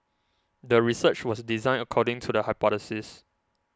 the research was designed according to the hypothesis